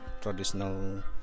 traditional